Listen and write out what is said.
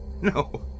No